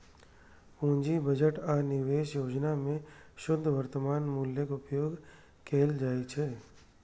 पूंजी बजट आ निवेश योजना मे शुद्ध वर्तमान मूल्यक उपयोग कैल जाइ छै